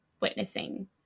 witnessing